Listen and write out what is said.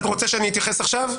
אתה רוצה שאני אתייחס עכשיו?